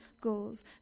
goals